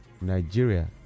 Nigeria